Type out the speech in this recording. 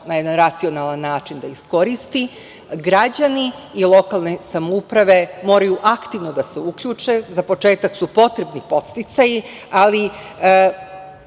na jedan racionalan način da iskoristi. Građani i lokalne samouprave moraju aktivno da se uključe, za početak su potrebni podsticaji, ali